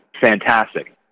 Fantastic